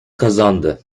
kazandı